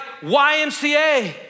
YMCA